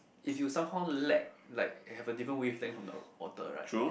if you somehow lack like have a different wavelength from the author right